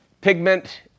pigment